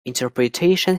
interpretations